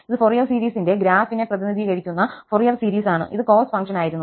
ഇത് ഫൊറിയർ സീരീസിന്റെ ഗ്രാഫിനെ പ്രതിനിധീകരിക്കുന്ന ഫൊറിയർ സീരീസ് ആണ് ഇത് കോസ് ഫംഗ്ഷൻ ആയിരുന്നു